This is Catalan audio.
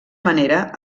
manera